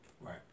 Right